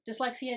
dyslexia